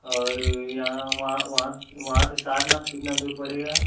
और यहाँ वाँ वहाँ से वहाँ से सरनाथ कितना दूर पड़ेगा